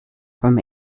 from